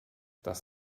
das